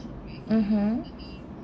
mmhmm